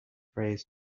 phrase